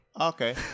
Okay